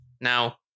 now